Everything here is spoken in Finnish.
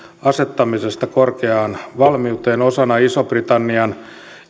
asettamisesta korkeaan valmiuteen osana ison britannian